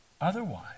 Otherwise